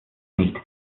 nicht